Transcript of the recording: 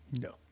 No